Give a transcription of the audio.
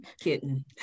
kitten